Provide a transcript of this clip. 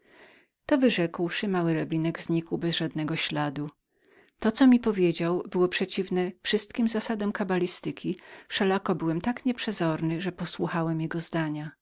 to wyrzekłszy mały rabinek znikł bez żadnego śladu to co mi powiedział było przeciwko wszystkim zasadom kabalistyki wszelako byłem tak nieprzezornym że posłuchałem jego zdania